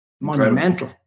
monumental